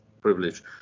privilege